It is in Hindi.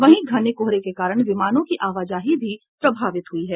वहीं घने कोहरे के कारण विमानों की आवाजाही भी प्रभावित हुई है